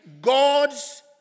God's